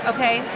Okay